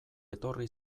etorri